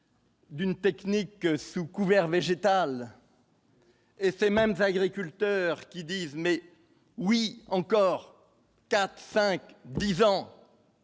D'une technique sous couvert végétal. Et c'est même va agriculteurs qui disent : mais oui encore 4, 5, 10 ans,